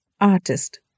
artist